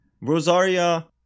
Rosaria